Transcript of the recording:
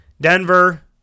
Denver